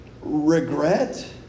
regret